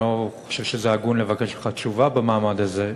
אני לא חושב שזה הגון לבקש ממך תשובה במעמד הזה.